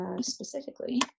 specifically